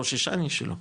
חוששני שלא,